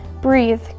Breathe